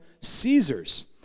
Caesar's